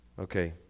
Okay